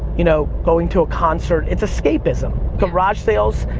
you know, going to a concert, it's escapism. garage sales,